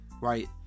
Right